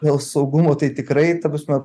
dėl saugumo tai tikrai ta prasme